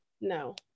No